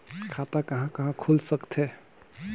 खाता कहा कहा खुल सकथे?